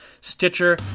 Stitcher